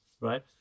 right